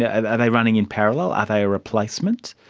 yeah ah are they running in parallel, are they a replacement?